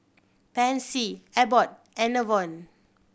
Pansy Abbott and Enervon